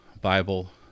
Bible